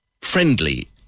friendly